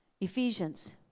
Ephesians